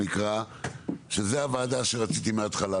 שזאת הוועדה שרציתי מההתחלה.